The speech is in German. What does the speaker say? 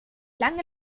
lange